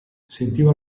sentiva